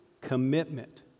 commitment